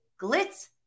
glitz